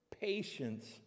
patience